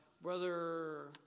Brother